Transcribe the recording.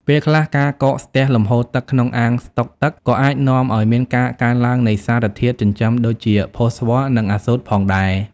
ពេលខ្លះការកកស្ទះលំហូរទឹកក្នុងអាងស្តុកទឹកក៏អាចនាំឱ្យមានការកើនឡើងនៃសារធាតុចិញ្ចឹមដូចជា ផូស្វ័រ និងអាសូតផងដែរ។